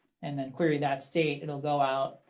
and then query that state. it'll go out,